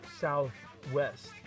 Southwest